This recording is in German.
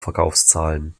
verkaufszahlen